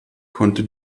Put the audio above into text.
konnte